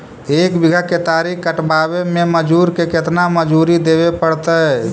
एक बिघा केतारी कटबाबे में मजुर के केतना मजुरि देबे पड़तै?